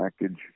package